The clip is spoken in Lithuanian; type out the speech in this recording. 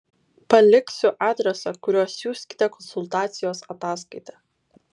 paliksiu adresą kuriuo siųskite konsultacijos ataskaitą